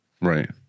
Right